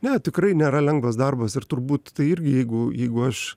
ne tikrai nėra lengvas darbas ir turbūt tai irgi jeigu jeigu aš